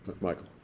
Michael